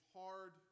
hard